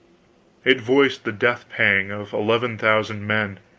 it voiced the death-pang of eleven thousand men.